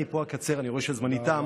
אני אקצר, אני רואה שזמני תם.